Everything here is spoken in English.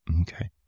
Okay